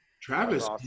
Travis